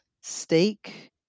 steak